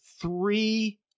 three